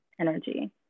energy